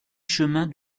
chemin